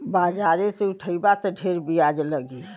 बाजारे से उठइबा त ढेर बियाज लगी